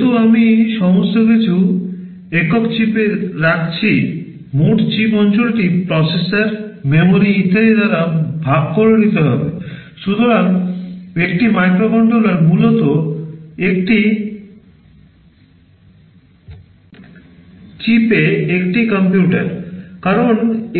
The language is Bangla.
যেহেতু আমি সমস্ত কিছু একক চিপে রাখছি মোট চিপ অঞ্চলটি প্রসেসর memory ইত্যাদি দ্বারা ভাগ করে নিতে হবে সুতরাং একটি মাইক্রোকন্ট্রোলার মূলত একটি চিপে একটি কম্পিউটার কারণ